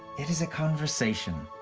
it is a conversation.